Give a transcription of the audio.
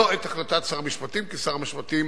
לא החלטת שר המשפטים, כי שר המשפטים